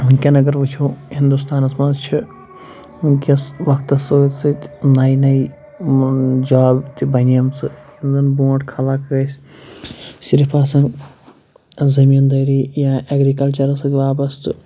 وٕنۍکٮ۪ن اگر وٕچھو ہِنٛدُستانَس منٛز چھِ وٕنۍکٮ۪س وقتَس سۭتۍ سۭتۍ نَیہِ نَیہِ جاب تہِ بَنیمژٕ یِم زَنہٕ برٛونٛٹھ خلق ٲسۍ صِرف آسان زٔمیٖندٲری یا اٮ۪گریٖکَلچَرَس سۭتۍ وابستہٕ